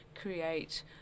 create